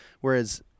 Whereas